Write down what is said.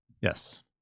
yes